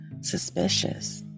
suspicious